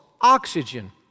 oxygen